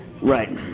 Right